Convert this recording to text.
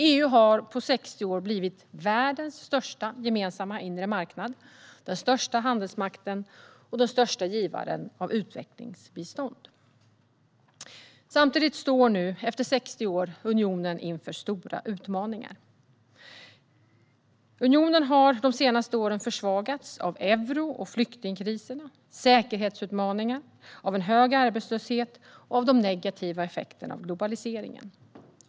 EU har på 60 år blivit världens största gemensamma inre marknad, den största handelsmakten och den största givaren av utvecklingsbistånd. Samtidigt står unionen nu, efter 60 år, inför stora utmaningar. Unionen har de senaste åren försvagats av euro och flyktingkriserna, säkerhetsutmaningar, en hög arbetslöshet och de negativa effekterna av globaliseringen.